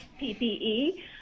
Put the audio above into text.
PPE